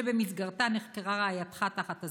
שבמסגרתה נחקרה רעייתך תחת אזהרה,